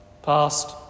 Past